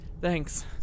Thanks